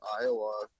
iowa